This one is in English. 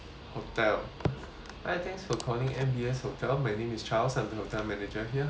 hi thanks for calling M B S hotel my name is charles I'm the hotel manager here how can I help you